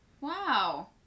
Wow